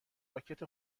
راکت